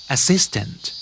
Assistant